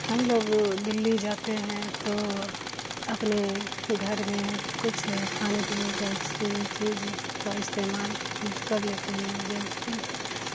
ہم لوگ دلی جاتے ہیں تو اپنے گھر میں کچھ کھانے پینے کا چیز کا استعمال کر لیتے ہیں جیسے